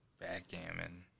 Backgammon